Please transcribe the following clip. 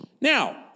Now